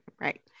right